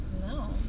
No